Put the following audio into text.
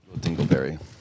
Dingleberry